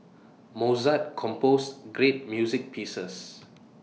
Mozart composed great music pieces